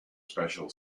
special